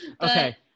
Okay